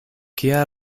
kia